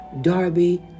Darby